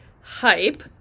hype